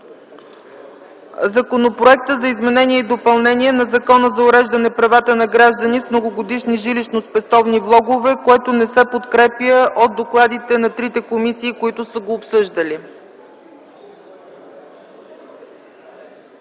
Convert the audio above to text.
Законопроекта за изменение и допълнение на Закона за уреждане правата на граждани с многогодишни жилищно-спестовни влогове, който не се подкрепя от докладите на трите комисии, които са го обсъждали.